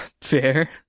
Fair